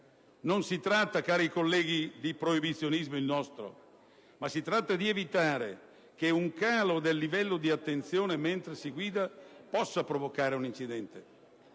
Non si tratta, cari colleghi, di proibizionismo, ma solo di evitare che un calo del livello di attenzione mentre si guida possa provocare un incidente.